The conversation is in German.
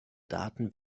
daten